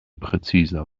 präziser